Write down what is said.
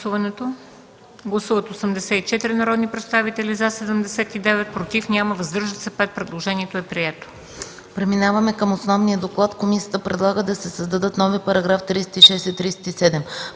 Гласували 83 народни представители: за 79, против 2, въздържали се 2. Предложението е прието.